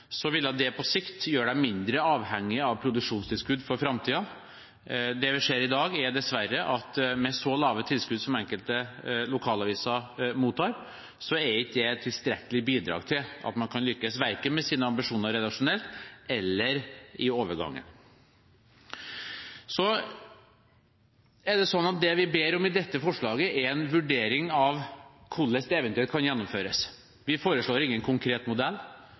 så lave tilskudd som enkelte lokalaviser mottar, ikke er et tilstrekkelig bidrag til at man kan lykkes verken med sine redaksjonelle ambisjoner eller med den digitale overgangen. Det vi ber om i dette forslaget, er en vurdering av hvordan dette eventuelt kan gjennomføres. Vi foreslår ingen konkret modell.